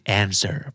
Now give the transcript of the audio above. answer